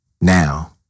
now